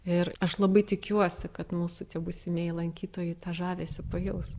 ir aš labai tikiuosi kad mūsų tie būsimieji lankytojai tą žavesį pajaus